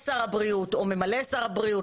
שר הבריאות או ממלא מקום שר הבריאות,